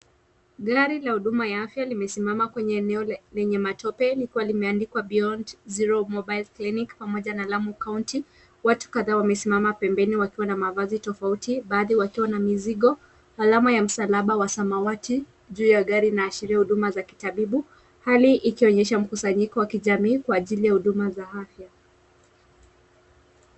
Gari la huduma ya afya limesimama kwenye eneo lenye matope likiwa limeandikwa Beyond Zero Mobile Clinic pamoja na Lamu County. Watu kadhaa wamesimama pembeni wakiwa na mavazi tofauti baadhi wakiwa na mizigo. Alama ya msalaba wa samawati juu ya gari inaashiria huduma za kitabibu, hali ikionyesha mkusanyiko wa jamii kwa ajili ya huduma za afya.